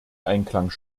einklang